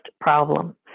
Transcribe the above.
problem